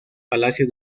palacio